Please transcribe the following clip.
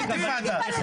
אני לא חוזר בי.